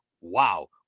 wow